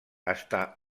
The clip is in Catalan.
està